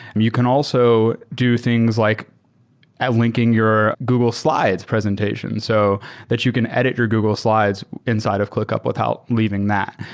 and you can also do things like linking your google slides presentation, so that you can edit your google slides inside of clickup without leaving that.